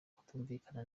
kutumvikana